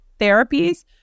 therapies